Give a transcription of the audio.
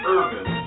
Urban